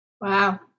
Wow